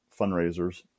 fundraisers